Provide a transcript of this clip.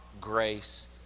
grace